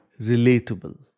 relatable